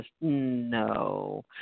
no